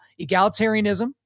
egalitarianism